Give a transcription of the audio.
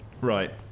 Right